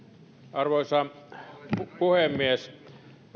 arvoisa puhemies